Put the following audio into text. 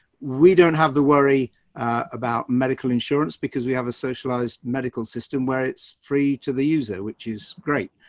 we don't have the worry about medical insurance because we have a socialized medical system where it's free to the user, which is great.